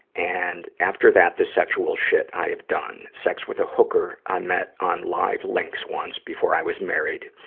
and after that, the sexual shit i have done. sex with a hooker i met on livelinks once before i was married,